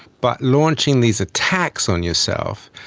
but launching these attacks on yourself,